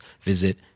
visit